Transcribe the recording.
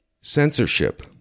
Censorship